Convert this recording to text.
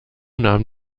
nahm